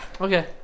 Okay